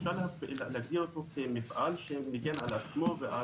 אז אפשר להגדיר אותו כמפעל שמגן על עצמו.